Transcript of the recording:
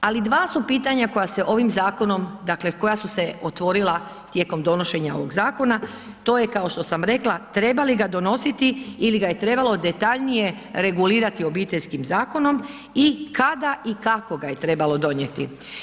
Ali dva su pitanja koja se ovim zakonom, dakle koja su se otvorila tijekom donošenja ovog zakona, to je kao što sam rekla, treba li ga treba li ga donositi ili ga je trebalo detaljnije regulirati Obiteljskim zakonom i kada i kako ga je trebalo donijeti.